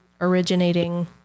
originating